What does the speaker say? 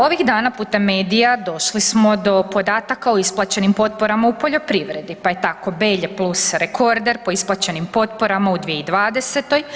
Ovih dana putem medija, došli smo do podataka o isplaćenim potporama u poljoprivredi pa je tako Belje plus rekorder po isplaćenim potporama u 2020.